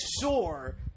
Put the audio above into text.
sure